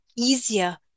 Easier